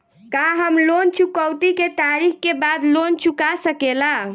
का हम लोन चुकौती के तारीख के बाद लोन चूका सकेला?